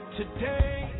today